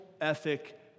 ethic